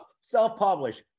Self-publish